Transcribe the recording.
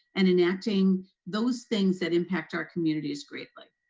and enacting those things that impact our communities greatly?